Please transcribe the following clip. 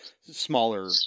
smaller